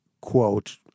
quote